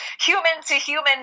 human-to-human